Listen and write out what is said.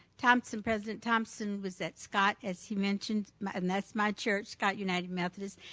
thomson, president thomson was at scott as he mentioned and that's my church, scott united methodist,